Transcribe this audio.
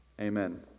Amen